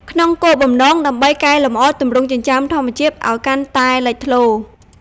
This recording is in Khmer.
ក្នុងគោលបំណង ដើម្បីកែលម្អទម្រង់ចិញ្ចើមធម្មជាតិឲ្យកាន់តែលេចធ្លោ។